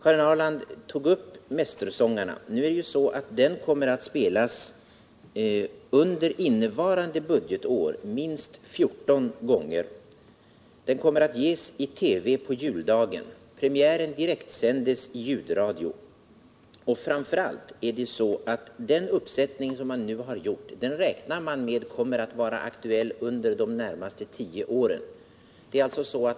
Karin Ahrland tog upp frågan om Mästersångarna. Den föreställningen kommer under innevarande budgetår att spelas minst 14 gånger. Den kommer att ges i TV på juldagen. Premiären direktsändes i ljudradion. Man räknar dessutom med att den uppsättning man nu har gjort kommer att vara aktuell under de närmaste tio åren.